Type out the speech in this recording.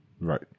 Right